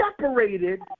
separated